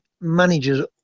managers